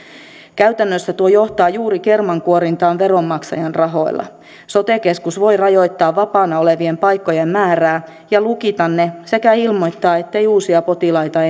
käytännössä tuo johtaa juuri kermankuorintaan veronmaksajien rahoilla sote keskus voi rajoittaa vapaana olevien paikkojen määrää ja lukita ne sekä ilmoittaa ettei uusia potilaita